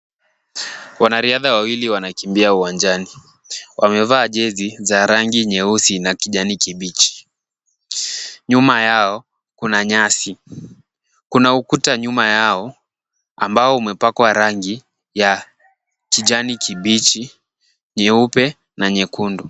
Wanariadha wawili wanakimbia uwanjani. Wamevaa jezi za rangi nyeusi na kijani kibichi. Nyuma yao kuna nyasi. Kuna ukuta nyuma yao ambao umepakwa rangi ya kijani kibichi, nyeupe na nyekundu.